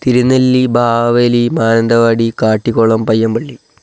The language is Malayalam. തിരുനെല്ലി ബാവലി മാനന്തവാടി കാട്ടിക്കുളം പയ്യമ്പള്ളി